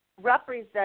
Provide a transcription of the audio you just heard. represent